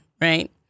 right